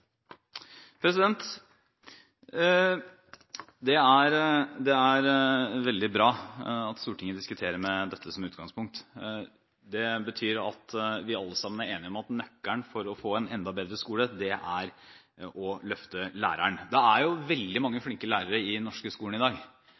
godt utført jobb. Det er veldig bra at Stortinget diskuterer med dette som utgangspunkt. Det betyr at vi alle sammen er enige om at nøkkelen for å få en enda bedre skole er å løfte læreren. Det er jo veldig mange